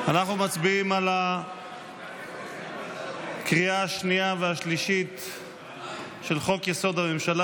מצביעים בקריאה שנייה ושלישית של חוק-יסוד: הממשלה